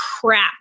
crap